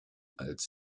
als